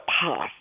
past